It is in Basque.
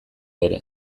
bere